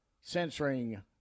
censoring